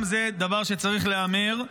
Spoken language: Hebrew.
גם זה דבר שצריך להיאמר.